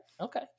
Okay